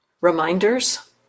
reminders